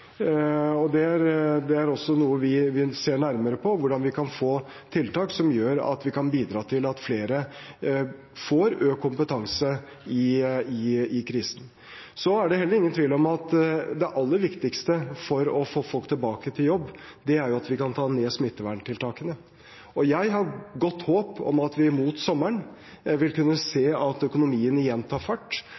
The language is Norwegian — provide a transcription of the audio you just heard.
og det er også noe vi ser nærmere på, hvordan vi kan få tiltak som gjør at vi kan bidra til at flere får økt kompetanse i krisen. Det er heller ingen tvil om at det aller viktigste for å få folk tilbake til jobb er at vi kan ta ned smitteverntiltakene. Jeg har godt håp om at vi mot sommeren vil kunne se at økonomien igjen tar fart,